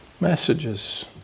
Messages